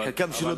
חלקן ביקשו שלא.